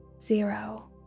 Zero